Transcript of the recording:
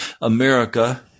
America